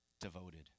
Devoted